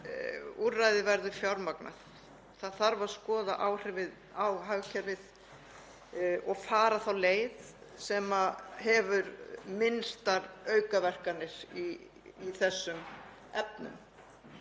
úrræðið verður fjármagnað. Það þarf að skoða áhrifin á hagkerfið og fara þá leið sem hefur minnstar aukaverkanir í þessum efnum.